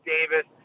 Davis